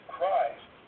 Christ